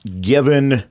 Given